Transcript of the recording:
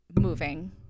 moving